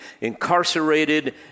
incarcerated